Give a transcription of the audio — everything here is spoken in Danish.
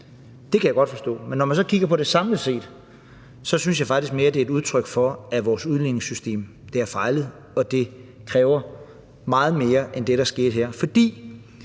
Det kan jeg godt forstå. Men når man så kigger på det samlet set, synes jeg faktisk mere, at det er et udtryk for, at vores udligningssystem har fejlet. Og det kræver meget mere at ændre det end det, der sker her. For